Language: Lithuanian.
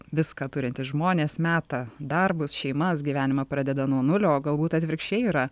viską turintys žmonės meta darbus šeimas gyvenimą pradeda nuo nulio o galbūt atvirkščiai yra